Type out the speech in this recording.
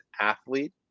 athlete